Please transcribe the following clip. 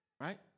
Right